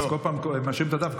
אז הם משאירים את הדף,